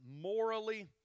morally